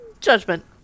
Judgment